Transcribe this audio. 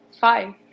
Five